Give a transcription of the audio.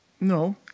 No